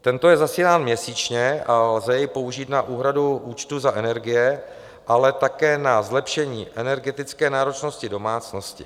Tento je zasílán měsíčně a lze jej použít na úhradu účtu za energie, ale také na zlepšení energetické náročnosti domácnosti.